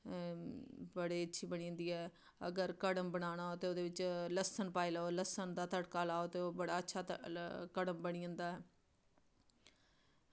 बड़ी अच्छी बनी जंदी ऐ अगर कड़म बनाना होऐ ते लस्सन पाई लैओ ते लस्सन दा तड़का बड़ा अच्छा कड़म बनी जंदा